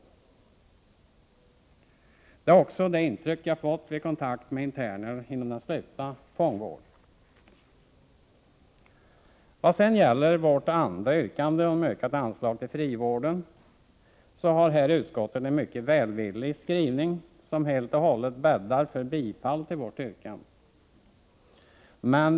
Det är också det intryck jag fått vid kontakt med interner inom den slutna fångvården. Vad sedan gäller vårt andra yrkande, om ökat anslag till frivården, har utskottet en mycket välvillig skrivning, som helt och hållet bäddar för bifall till vårt yrkande.